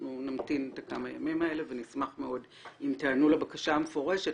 אנחנו נמתין את הכמה ימים האלה ונשמח מאוד אם תיענו לבקשה המפורשת.